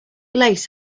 lace